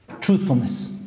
Truthfulness